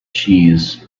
cheese